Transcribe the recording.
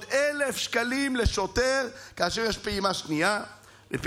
הוספנו ממש ב-1 באוגוסט ליותר מ-13,000 שוטרים וסוהרים,